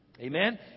Amen